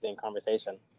conversation